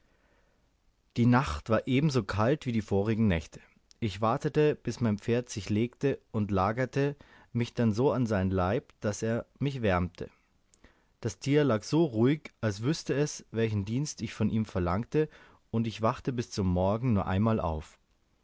die nacht war ebenso kalt wie die vorigen nächte ich wartete bis mein pferd sich legte und lagerte mich dann so an seinen leib daß er mich erwärmte das tier lag so ruhig als wüßte es welchen dienst ich von ihm verlangte und ich wachte bis zum morgen nur einmal auf